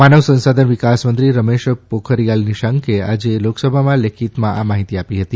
માનવ સંસાધન વિકાસ મંત્રી રમેશ પોખરીયાલ નિશાંકે આજે લોકસભામાં લેખિતમાં આ માહિતી આપી હતી